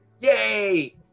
Yay